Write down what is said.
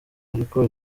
ariko